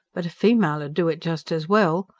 but a female ud do it just as well,